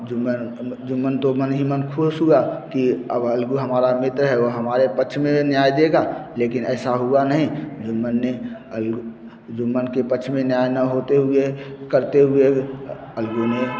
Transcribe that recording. जुम्मन जुम्मन तो मन ही मन ख़ुश हुआ कि अब अलगु हमारा मित्र है वह हमारे पक्ष में न्याय देगा लेकिन ऐसा हुआ नहीं जुम्मन ने अलगू जुम्मन के पक्ष में न्याय ना होते हुए करते हुए अलगु ने